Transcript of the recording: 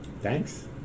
Thanks